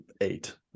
eight